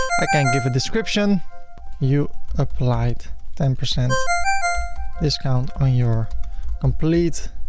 i can give a description you applied ten percent discount on your complete